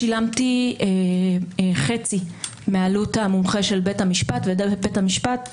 שילמתי חצי מעלות המומחה של בית המשפט, ובית המשפט